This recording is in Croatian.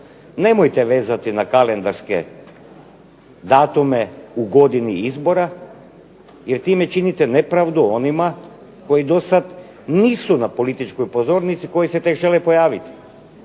nemojte vezati na kalendarske datume u godini izbora jer time činite nepravdu onima koji do sada nisu na političkoj pozornici, koji se tek žele pojaviti,